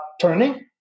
turning